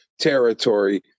territory